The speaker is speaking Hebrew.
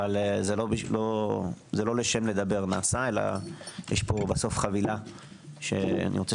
אבל זה לא לשם לדבר נעשה אלא יש פה בסוף חבילה שאני רוצה